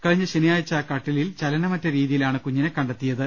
കഴിഞ്ഞ ശനിയാഴ്ച കട്ടിലിൽ ചലന്മറ്റ രീതിയിലാണ് കുഞ്ഞിനെ കണ്ടെത്തിയത്